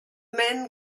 men